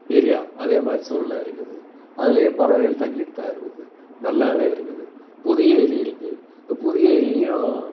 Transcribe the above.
area அதேமாதிரி சூழ்நில இருக்குது அதுலேயும் பறவைகள் தாங்கிட்டுதான் இருக்குது நல்லாவே இருக்குது புது ஏரி இருக்குது அந்த புது ஏரிலேயும்